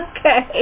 Okay